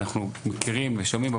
אנחנו מכירים ושומעים,